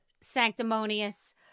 sanctimonious